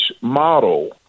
model